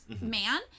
man